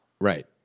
Right